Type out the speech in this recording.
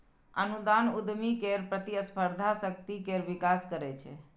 अनुदान उद्यमी केर प्रतिस्पर्धी शक्ति केर विकास करै छै